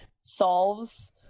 solves